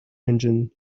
engine